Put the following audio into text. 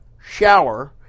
shower